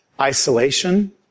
Isolation